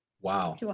Wow